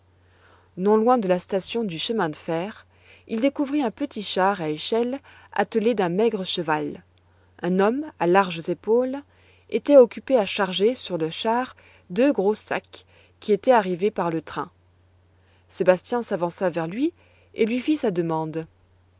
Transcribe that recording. non loin de la station du chemin de fer il découvrit un petit char à échelles attelé d'un maigre cheval un homme à larges épaules était occupé à charger sur le char deux gros sacs qui étaient arrivés par le train sébastien s'avança vers lui et lui fit sa demande